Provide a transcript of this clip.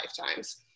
lifetimes